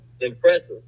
impressive